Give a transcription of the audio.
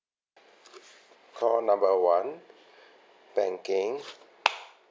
call number one banking